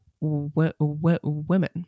women